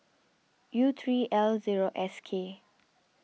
U three L zero S K